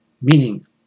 Meaning